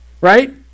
right